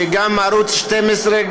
ערוץ 12,